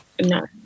No